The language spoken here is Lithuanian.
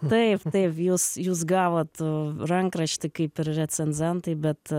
taip taip jūs jūs gavot rankraštį kaip ir recenzentai bet